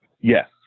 Yes